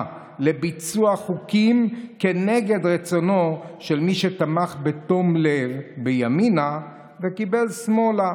לביצוע חוקים נגד רצונו של מי שתמך בתום לב בימינה וקיבל שמאלה.